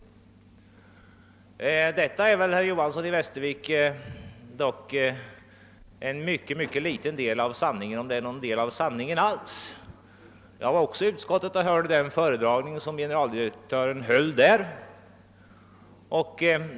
Men detta är väl, herr Johanson i Västervik, en mycket liten del av sanningen — om det nu över huvud taget är någon sanning alls. Jag var också med om att höra generaldirektörens föredragning i utskottet.